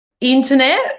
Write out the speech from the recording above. Internet